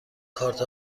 کارت